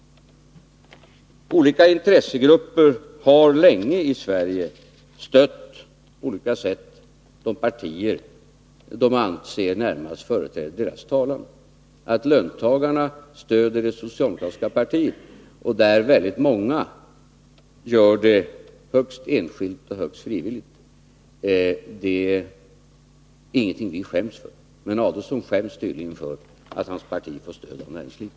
Olika intressegrupper i Sverige har länge på olika föreningsavgifter, sätt stött de partier som de anser närmast för deras talan. Att löntagarna mm.m. : stöder det socialdemokratiska partiet, och att väldigt många gör det högst enskilt och högst frivilligt, är ingenting som vi skäms för. Men Ulf Adelsohn skäms tydligen för att hans parti får stöd av näringslivet.